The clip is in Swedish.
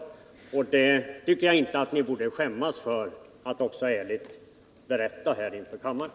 Det tycker jag inte att ni borde skämmas för att också ärligt berätta här inför kammaren.